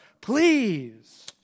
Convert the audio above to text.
Please